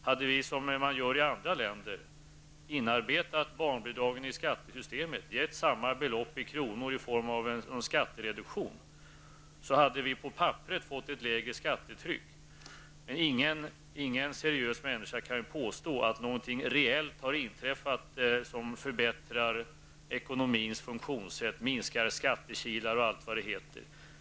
Hade vi, som man gör i andra länder, inarbetat barnbidragen i skattesystemet och givit samma belopp i kronor i form av skattereduktion, skulle vi på papperet fått ett lägre skattetryck. Men ingen seriös människa kan påstå att någonting reellt då skulle inträffa som förbättrar ekonomins funktionssätt, minskar skattekilar och allt vad det heter.